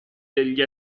degli